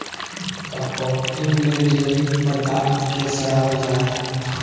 composting में जैविक पदार्थ के सड़ाबल जा हइ